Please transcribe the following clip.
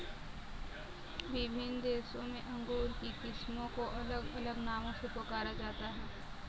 विभिन्न देशों में अंगूर की किस्मों को अलग अलग नामों से पुकारा जाता है